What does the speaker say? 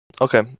Okay